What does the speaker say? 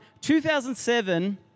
2007